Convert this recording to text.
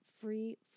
free